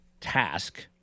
task